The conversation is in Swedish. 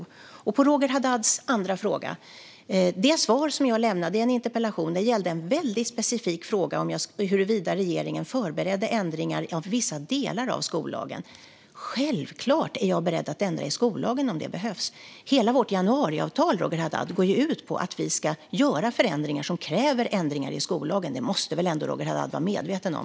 När det gäller Roger Haddads andra fråga handlade de svar jag lämnade i en interpellationsdebatt om en väldigt specifik fråga, nämligen huruvida regeringen förberedde ändringar i vissa delar av skollagen. Självklart är jag beredd att ändra i skollagen om det behövs. Hela vårt januariavtal går ju ut på att vi ska göra förändringar som kräver ändringar i skollagen; det måste väl Roger Haddad ändå vara medveten om.